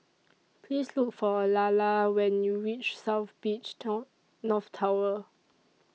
Please Look For Lalla when YOU REACH South Beach Town North Tower